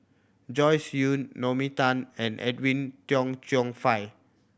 Joyce Jue Naomi Tan and Edwin Tong Chun Fai